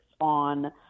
on